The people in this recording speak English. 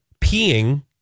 Peeing